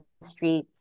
Street